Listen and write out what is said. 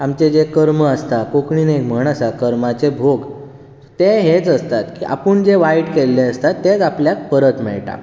आमचे जे कर्म आसतात कोंकणीन एक म्हण आसा कर्माचे भोग तें हेंच आसता की आपूण जें वायट केल्लें आसता तेंच आपल्याक परत मेळटा